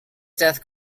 death